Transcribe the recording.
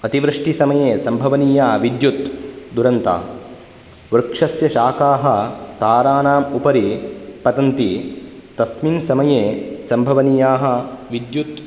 अतिवृष्टिसमये सम्भवनीय विद्युत् दुरन्त वृक्षस्य शाखाः ताराणाम् उपरि पतन्ति तस्मिन् समये सम्भवनीयाः विद्युत्